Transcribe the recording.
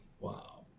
Wow